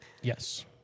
Yes